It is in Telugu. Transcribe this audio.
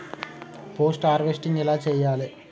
పోస్ట్ హార్వెస్టింగ్ ఎలా చెయ్యాలే?